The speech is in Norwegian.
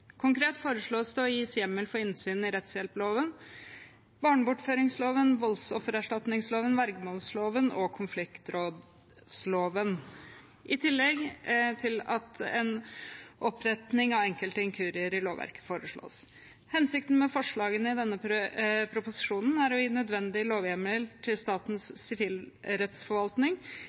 Konkret foreslås det å gis hjemmel for innsyn i rettshjelploven, barnebortføringsloven, voldsoffererstatningsloven, vergemålsloven og konfliktrådsloven, i tillegg til at en oppretting av enkelte inkurier i lovverket foreslås. Hensikten med forslagene i denne proposisjonen er å gi nødvendig lovhjemmel til Statens sivilrettsforvaltning,